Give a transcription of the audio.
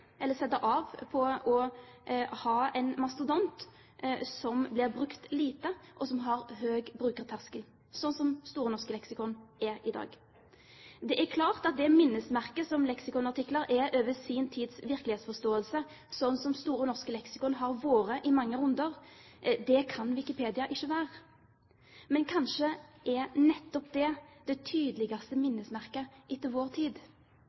sette av til en mastodont som blir brukt lite, og som har høy brukerterskel, slik som Store norske leksikon er i dag. Det er klart at det minnesmerket som leksikonartikler er over sin tids virkelighetsforståelse, og som Store norske leksikon har vært i mange runder, det kan Wikipedia ikke være. Men kanskje er nettopp det det tydeligste minnesmerket etter vår tid